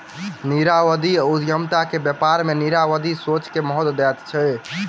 नारीवादी उद्यमिता में व्यापार में नारीवादी सोच के महत्त्व दैत अछि